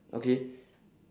okay